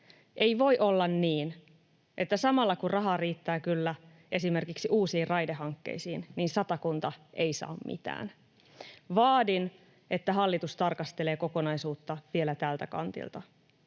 Ei voi olla niin, että samalla kun rahaa riittää kyllä esimerkiksi uusiin raidehankkeisiin, Satakunta ei saa mitään. Vaadin, että hallitus tarkastelee kokonaisuutta vielä tältä kantilta.